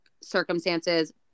circumstances